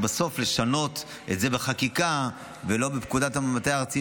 שלשנות את זה בחקיקה ולא בפקודת המטה הארצי,